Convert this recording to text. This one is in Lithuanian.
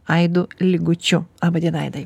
aidu lygučiu laba diena aidai